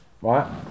Right